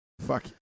fuck